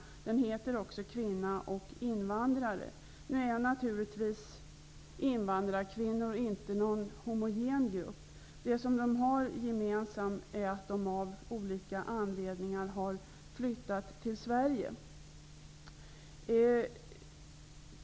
Den heter också Kvinna och invandrare. Nu är naturligtvis invandrarkvinnor inte någon homogen grupp. Det som de har gemensamt är att de av olika anledningar har flyttat till Sverige.